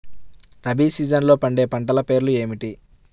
రబీ సీజన్లో పండే పంటల పేర్లు ఏమిటి?